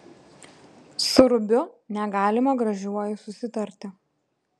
su rubiu negalima gražiuoju susitarti